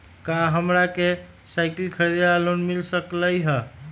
का हमरा के साईकिल खरीदे ला लोन मिल सकलई ह?